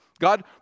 God